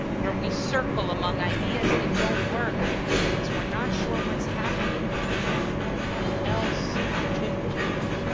where we circle among ideas that don't work because we're not sure what's happening but we don't know what else to do.